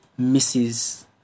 Mrs